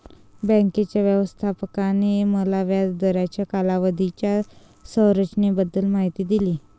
बँकेच्या व्यवस्थापकाने मला व्याज दराच्या कालावधीच्या संरचनेबद्दल माहिती दिली